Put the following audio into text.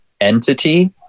entity